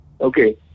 okay